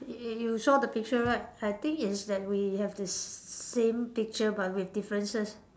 y~ you saw the picture right I think it's that we have the same picture but with differences